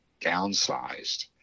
downsized